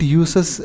uses